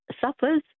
suffers